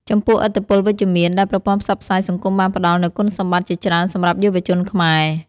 ចំពោះឥទ្ធិពលវិជ្ជមាន ដែលប្រព័ន្ធផ្សព្វផ្សាយសង្គមបានផ្តល់នូវគុណសម្បត្តិជាច្រើនសម្រាប់យុវជនខ្មែរ។